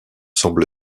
semble